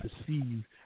perceive